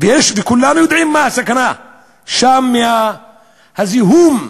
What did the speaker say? כולם יודעים מה הסכנה שם, מהזיהום ומהקרינה,